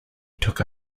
took